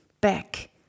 back